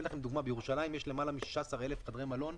לדוגמה, בירושלים יש למעלה מ-16,000 חדרי מלון.